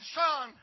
son